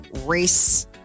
race